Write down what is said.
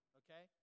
okay